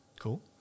Cool